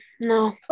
no